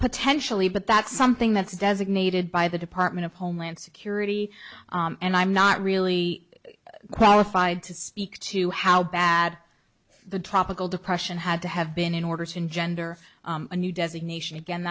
potentially but that's something that's designated by the department of homeland security and i'm not really qualified to speak to how bad the tropical depression had to have been in order to engender a new designation again